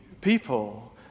people